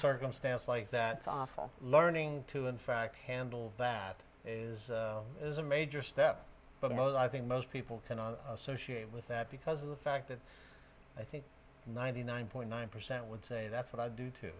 circumstance like that awful learning to in fact handle that is it is a major step but most i think most people can associate with that because of the fact that i think ninety nine point nine percent would say that's what i do to